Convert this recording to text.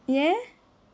ஏன்:yen